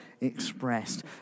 expressed